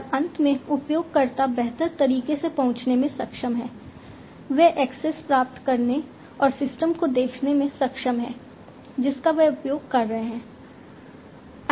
और अंत में उपयोगकर्ता बेहतर तरीके से पहुंचने में सक्षम हैं वे एक्सेस प्राप्त करने और सिस्टम को देखने में सक्षम हैं जिसका वे उपयोग कर रहे हैं